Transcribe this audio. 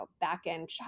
back-end